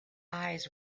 eyes